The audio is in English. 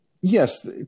Yes